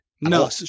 No